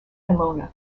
ilona